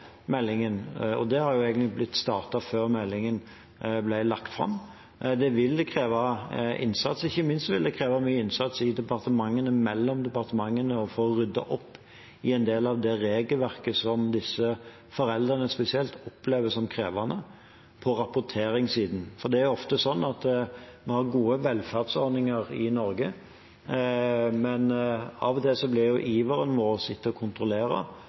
meldingen. Det startet egentlig før meldingen ble lagt fram. Det vil kreve innsats. Ikke minst vil det kreve mye innsats i departementene og mellom departementene for å rydde opp i en del av det regelverket på rapporteringssiden som disse foreldrene spesielt opplever som krevende. Det er ofte sånn at vi har gode velferdsordninger i Norge, men av og til blir iveren vår etter å kontrollere